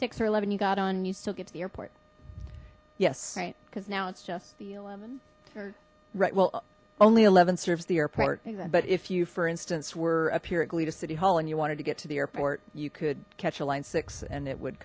six or eleven you got on and you still get to the airport yes right cuz now it's just the eleven right well only eleven serves the airport but if you for instance were up here at glee to city hall and you wanted to get to the airport you could catch a line six and it would